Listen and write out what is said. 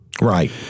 Right